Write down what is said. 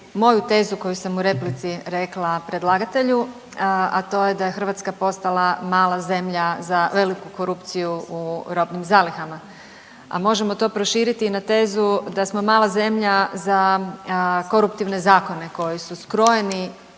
moju tezu koju sam u replici rekla predlagatelju, a to je da je Hrvatska postala mala zemlja za veliku korupciju u robnim zalihama, a možemo to proširiti i na tezu da smo mala zemlja za koruptivne zakone koji su skrojeni